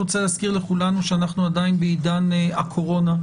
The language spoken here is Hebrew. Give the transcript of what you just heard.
אני רוצה להזכיר לכולנו שאנחנו עדיין בעידן הקורונה,